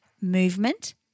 movement